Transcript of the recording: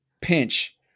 pinch